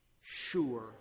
sure